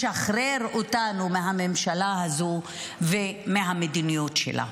לשחרר אותנו מהממשלה הזאת ומהמדיניות שלה.